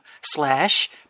slash